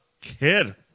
kid